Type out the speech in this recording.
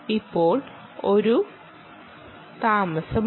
ഇപ്പോൾ ഒരു താമസമുണ്ട്